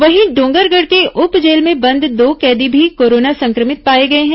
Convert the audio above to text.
वहीं डोंगरगढ़ के उप जेल में बंद दो कैदी भी कोरोना संक्रमित पाए गए हैं